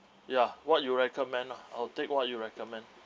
ya what you recommend ah I'll take what you recommend